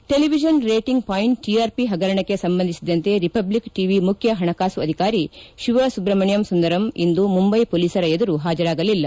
television rating point TRP ಪಗರಣಕ್ಕೆ ಸಂಬಂಧಿಸಿದಂತೆ republic TV ಮುಖ್ಯ ಪಣಕಾಸು ಅಧಿಕಾರಿ ಶಿವಸುಬ್ರಮಣಿಯಂ ಸುಂದರಂ ಇಂದು ಮುಂಬೈ ಮೊಲೀಸರ ಎದುರು ಪಾಜರಾಗಲಿಲ್ಲ